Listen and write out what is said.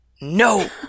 No